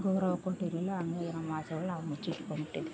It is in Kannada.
ಗೌರವ ಕೊಟ್ಟಿರಲಿಲ್ಲ ಹಂಗಾಗಿ ನಮ್ಮ ಆಸೆಗಳ್ನ ನಾವು ಮುಚ್ಚಿಟ್ಕೊಂಡ್ಬಿಟ್ಟಿದಿವಿ